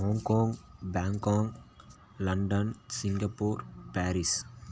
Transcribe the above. Hong Kong Bangkok London Singapore Paris